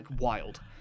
wild